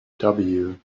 can